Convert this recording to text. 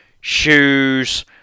shoes